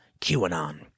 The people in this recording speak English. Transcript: QAnon